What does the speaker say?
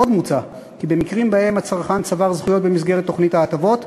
עוד מוצע כי במקרים שבהם הצרכן צבר זכויות במסגרת תוכנית ההטבות,